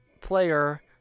player